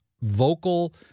vocal